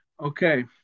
Okay